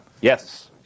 Yes